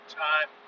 time